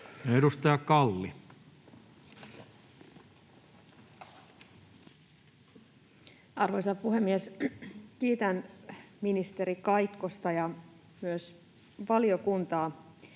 Edustaja Kalli. Arvoisa puhemies! Kiitän ministeri Kaikkosta ja myös mietinnön